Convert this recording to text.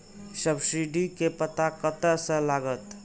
Subsidy के पता कतय से लागत?